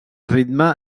ritme